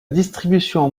distribution